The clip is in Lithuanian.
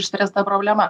išspręsta problema